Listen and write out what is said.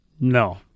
No